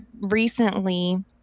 recently